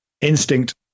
instinct